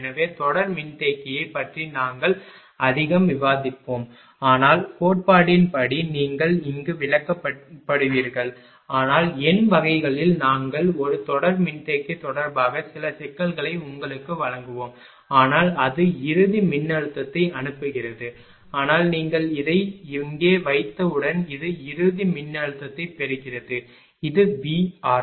எனவே தொடர் மின்தேக்கியைப் பற்றி நாங்கள் அதிகம் விவாதிப்போம் ஆனால் கோட்பாட்டின் படி நீங்கள் இங்கு விளக்கப்படுவீர்கள் ஆனால் எண் வகைகளில் நாங்கள் ஒரு தொடர் மின்தேக்கி தொடர்பாக சில சிக்கல்களை உங்களுக்கு வழங்குவோம் ஆனால் இது இறுதி மின்னழுத்தத்தை அனுப்புகிறது ஆனால் நீங்கள் இதை இங்கே வைத்தவுடன் இது இறுதி மின்னழுத்தத்தைப் பெறுகிறது இது VR